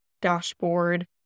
dashboard